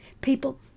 people